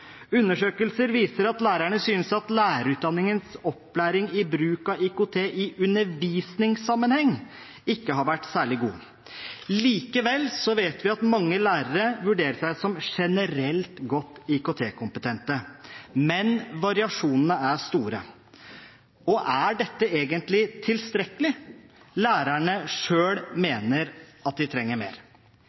Undersøkelser viser at lærerne synes at lærerutdanningenes opplæring i bruk av IKT i undervisningssammenheng ikke har vært særlig god. Likevel vet vi at mange lærere vurderer seg som generelt godt IKT-kompetente, men variasjonene er store. Og er dette egentlig tilstrekkelig? Lærerne selv mener at de trenger mer.